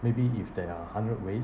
maybe if there are a hundred ways